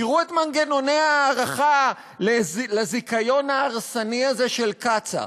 תראו את מנגנוני ההארכה לזיכיון ההרסני הזה של קצא"א.